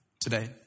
today